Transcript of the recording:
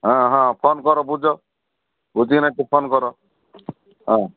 ହଁ ହଁ ଫୋନ୍ କର ବୁଝ ବୁଝିକି ନାଇ ଫୋନ୍ କର